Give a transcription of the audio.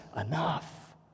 enough